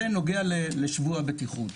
זה בנוגע לשבוע הבטיחות.